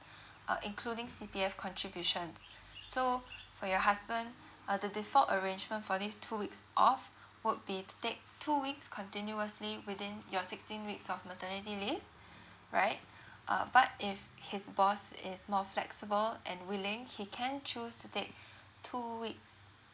uh including C_P_F contributions so for your husband uh the default arrangement for these two weeks off would be to take two weeks continuously within your sixteen weeks of maternity leave right uh but if his boss is more flexible and willing he can choose to take two weeks